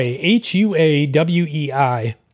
H-U-A-W-E-I